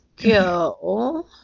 go